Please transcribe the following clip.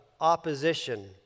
opposition